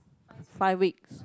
five weeks